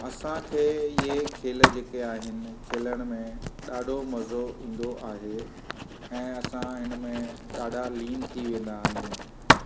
अंसाखे जे खेल जेका आहिनि खेलण में ॾाढो मज़ो ईंदो आहे ऐं असां हिन में ॾाढा लीन थी वेंदा आहियूं